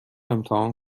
امتحان